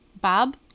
Bob